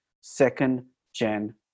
second-gen